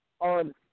on